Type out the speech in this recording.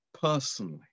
Personally